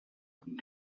comme